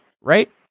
right